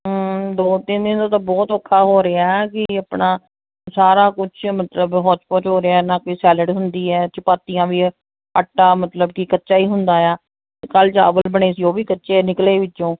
ਦੋ ਤਿੰਨ ਦਿਨ ਤੋਂ ਤਾਂ ਬਹੁਤ ਔਖਾ ਹੋ ਰਿਹਾ ਕਿ ਆਪਣਾ ਸਾਰਾ ਕੁਝ ਮਤਲਬ ਹੋਚ ਪੋਚ ਹੋ ਰਿਹਾ ਨਾ ਕੋਈ ਸੈਲਡ ਹੁੰਦੀ ਹੈ ਚਪਾਤੀਆਂ ਵੀ ਆਟਾ ਮਤਲਬ ਕਿ ਕੱਚਾ ਹੀ ਹੁੰਦਾ ਆ ਕੱਲ੍ਹ ਚਾਵਲ ਬਣੇ ਸੀ ਉਹ ਵੀ ਕੱਚੇ ਨਿਕਲੇ ਵਿੱਚੋਂ